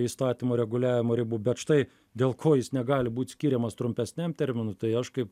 įstatymo reguliavimo ribų bet štai dėl ko jis negali būt skiriamas trumpesniam terminui tai aš kaip